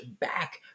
back